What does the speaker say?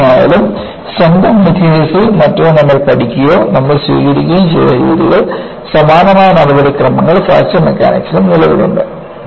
എന്തുതന്നെയായാലും strength of മെറ്റീരിയൽസിൽ മറ്റോ നമ്മൾ പഠിക്കുകയും നമ്മൾ സ്വീകരിക്കുകയും ചെയ്ത രീതികൾ സമാനമായ നടപടിക്രമങ്ങൾ ഫ്രാക്ചർ മെക്കാനിക്സിലും നിലവിലുണ്ട്